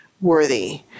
worthy